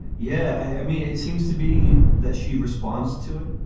yeah, i mean, it seems to be that she responds to it.